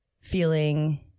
feeling